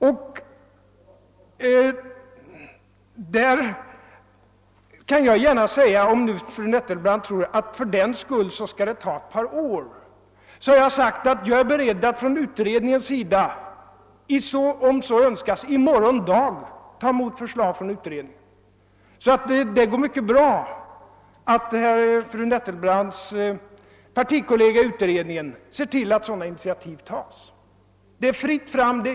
Om fru Nettelbrandt tror att utredningen fördenskull skall ta ett par år så vill jag säga att jag är beredd att om utredningen så önskar i morgon dag ta emot förslag från den. Det går mycket bra för fru Nettelbrandts partikollega i utredningen att se till att sådana initiativ tas. Det är fritt fram.